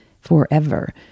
forever